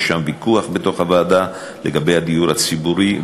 יש שם ויכוח בתוך הוועדה לגבי הדיור הציבורי,